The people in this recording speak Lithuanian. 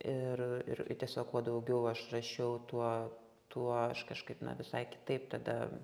ir ir i tiesiog kuo daugiau aš rašiau tuo tuo aš kažkaip na visai kitaip tada